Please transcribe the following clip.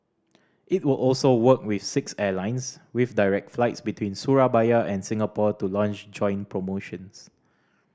it will also work with six airlines with direct flights between Surabaya and Singapore to launch joint promotions